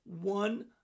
one